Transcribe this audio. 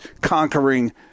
conquering